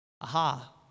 Aha